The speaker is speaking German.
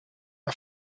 der